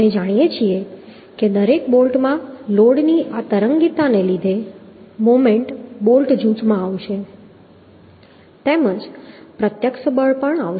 આપણે જાણીએ છીએ કે દરેક બોલ્ટમાં લોડની આ તરંગીતાને લીધે મોમેન્ટ બોલ્ટ જૂથમાં આવશે તેમજ પ્રત્યક્ષ બળ પણ આવશે